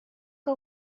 que